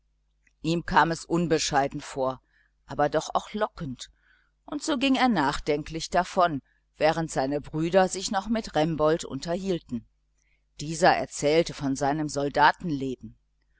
ihm kam es unbescheiden vor aber doch auch lockend und so ging er nachdenklich davon während seine brüder sich noch mit remboldt unterhielten dieser erzählte gern von seinem